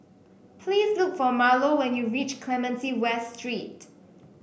please look for Marlo when you reach Clementi West Street